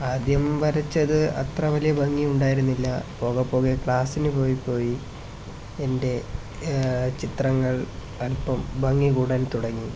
ആദ്യം വരച്ചത് അത്ര വലിയ ഭംഗി ഉണ്ടായിരുന്നില്ല പോകപ്പോകെ ക്ലാസ്സിനു പോയിപ്പോയി എൻ്റെ ചിത്രങ്ങൾ അൽപ്പം ഭംഗി കൂടാൻ തുടങ്ങി